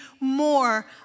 more